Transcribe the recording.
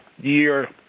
year